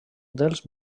dels